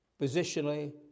positionally